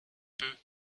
peu